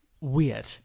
weird